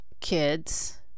kids